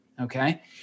Okay